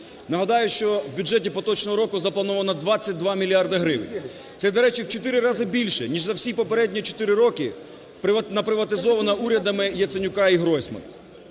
Нагадаю, що в бюджеті поточного року заплановано 22 мільярди гривень. Це, до речі, в 4 рази більше, ніж за всі попередні 4 роки наприватизовано урядами Яценюка і Гройсмана.